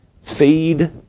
Feed